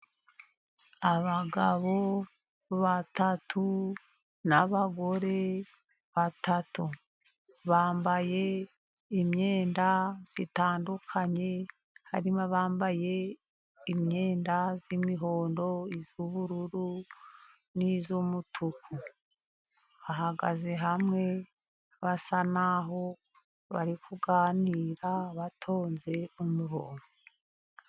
Abagabo batatu n'abagore batatu bambaye imyenda itandukanye, harimo abambaye imyenda y'imihondo, iy'ubururu n'iy'umutuku, bahagaze hamwe, basa naho bari kuganira bitonze umurongo.